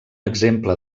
exemple